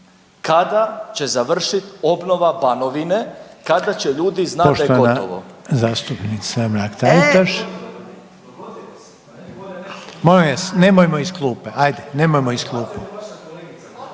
Kada će završiti obnova Banovine, kada će ljudi znati da je gotovo?